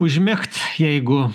užmigt jeigu